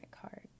card